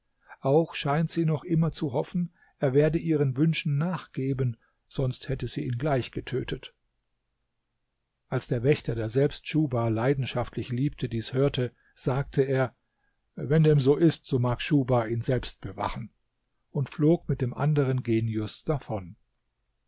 auch scheint sie noch immer zu hoffen er werde ihren wünschen nachgeben sonst hätte sie ihn gleich getötet als der wächter der selbst schuhba leidenschaftlich liebte dies hörte sagte er wenn dem so ist so mag schuhba ihn selbst bewachen und flog mit dem anderen genius davon